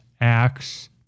acts